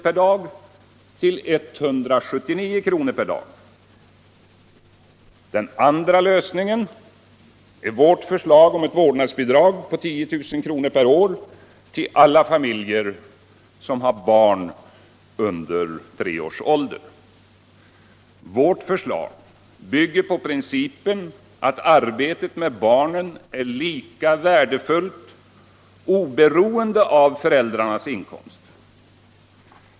per dag till 179 kr. per dag. Den andra lösningen är vårt förslag om ett vårdnadsbidrag på 10000 kr. per år till alla familjer som har barn under tre års ålder. Vårt förslag bygger på principen att arbetet med barnen är lika värdefullt oberoende av föräldrarnas inkomst.